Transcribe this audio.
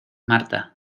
marta